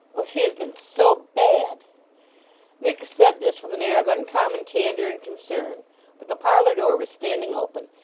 oh, she has been so bad miggs said this with an air of uncommon candour and concern but the parlour-door was standing open,